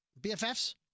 BFFs